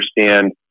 understand